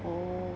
oh